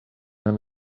and